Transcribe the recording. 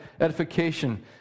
edification